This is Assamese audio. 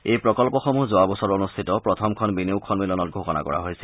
এই প্ৰকল্পসমূহ যোৱা বছৰ অনুষ্ঠিত প্ৰথমখন বিনিয়োগ সম্মিলনত ঘোষণা কৰা হৈছিল